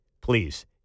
please